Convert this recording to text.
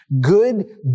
Good